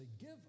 give